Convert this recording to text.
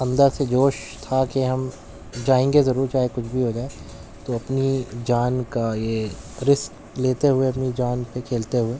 اندر سے جوش تھا کہ ہم جائیں گے ضرو چاہے کچھ بھی ہو جائے تو اپنی جان کا یہ رسک لیتے ہوئے اپنی جان پہ کھیلتے ہوئے